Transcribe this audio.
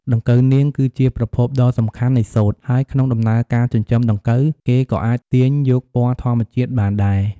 ដង្កូវនាង គឺជាប្រភពដ៏សំខាន់នៃសូត្រ ហើយក្នុងដំណើរការចិញ្ចឹមដង្កូវ គេក៏អាចទាញយកពណ៌ធម្មជាតិបានដែរ។